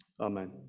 Amen